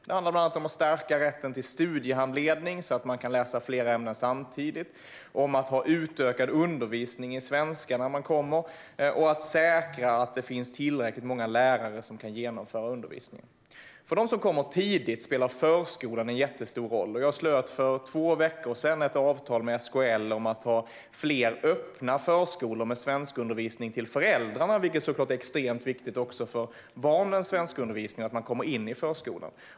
Det handlar bland annat om att stärka rätten till studiehandledning, så att man kan läsa flera ämnen samtidigt, om att ha utökad undervisning i svenska när man kommer och om att säkra att det finns tillräckligt många lärare som kan genomföra undervisning. För dem som kommer tidigt spelar förskolan en jättestor roll. Jag slöt för två veckor sedan ett avtal med SKL om att ha fler öppna förskolor med svenskundervisning för föräldrarna, vilket såklart är extremt viktigt även för barnens svenskundervisning - att man kommer in i förskolan.